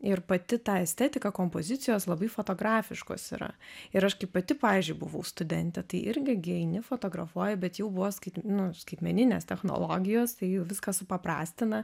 ir pati ta estetika kompozicijos labai fotografiškos yra ir aš kai pati pavyzdžiui buvau studentė tai irgi gi eini fotografuoji bet jau buvo skait nu skaitmeninės technologijos tai jau viską supaprastina